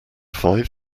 five